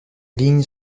lignes